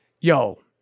Yo